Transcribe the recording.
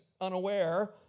unaware